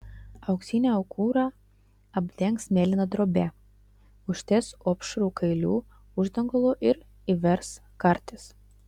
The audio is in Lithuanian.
auksinį aukurą apdengs mėlyna drobe užties opšrų kailių uždangalu ir įvers kartis